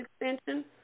extension